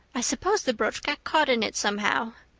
i suppose the brooch got caught in it somehow.